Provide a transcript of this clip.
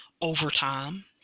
overtime